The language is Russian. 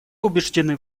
убеждены